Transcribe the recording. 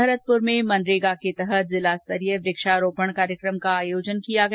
भरतपुर में मनरेगा के तहत जिला स्तरीय वृक्षारोपण कार्यक्रम का आयोजन किया गया